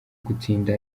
gutsinda